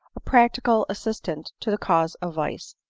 a practical assistant to the cause of vice.